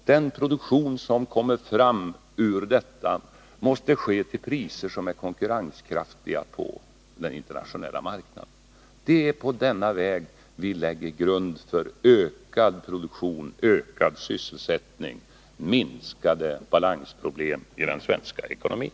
Den produktion som kommer fram ur denna satsning måste hålla priser som är konkurrenskraftiga på den internationella marknaden. Det är på denna väg vi lägger grunden för ökad produktion, ökad sysselsättning och minskade balansproblem i den svenska ekonomin.